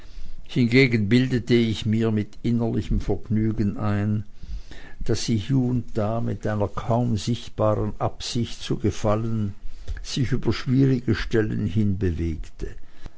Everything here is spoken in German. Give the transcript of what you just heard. hingegen bildete ich mir mit innerlichem vergnügen ein daß sie hie und da mit einer kaum sichtbaren absicht zu gefallen sich über schwierige stellen hinbewegte